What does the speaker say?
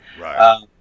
right